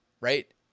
right